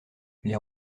les